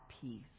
peace